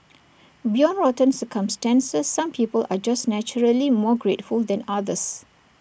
beyond rotten circumstances some people are just naturally more grateful than others